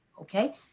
Okay